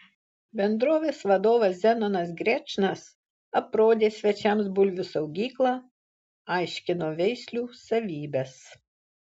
bendrovės vadovas zenonas grečnas aprodė svečiams bulvių saugyklą aiškino veislių savybes